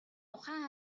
ухаан